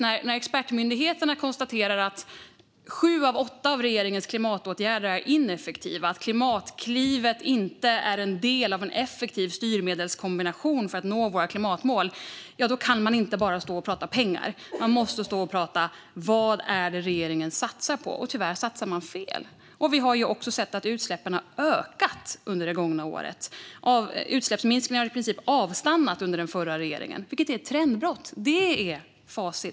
När expertmyndigheterna konstaterar att sju av åtta av regeringens klimatåtgärder är ineffektiva och att Klimatklivet inte är en del av en effektiv styrmedelskombination för att nå våra klimatmål kan man inte bara stå och prata om pengar, utan då måste man prata om vad det är regeringen satsar på. Tyvärr satsar regeringen fel. Vi har också sett att utsläppen har ökat under det gångna året och att utsläppsminskningarna i princip avstannade under den förra regeringen, vilket är ett trendbrott. Det är facit.